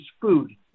food